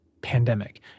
pandemic